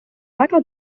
väga